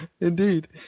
Indeed